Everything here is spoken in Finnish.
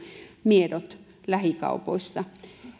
miedot lähikaupoissa